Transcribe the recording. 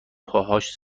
پاهاش